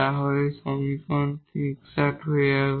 তাহলে এই সমীকরণটি এক্সাট হয়ে যাবে